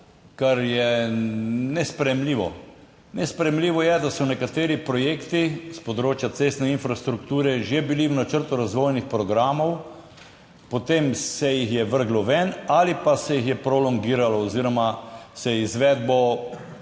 kar je nesprejemljivo. Nesprejemljivo je, da so nekateri projekti s področja cestne infrastrukture že bili v načrtu razvojnih programov, potem se jih je vrglo ven ali pa se jih je prolongiralo oziroma se je izvedbo